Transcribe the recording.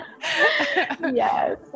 Yes